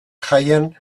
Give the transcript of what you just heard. jaian